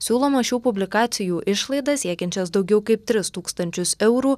siūloma šių publikacijų išlaidas siekiančias daugiau kaip tris tūkstančius eurų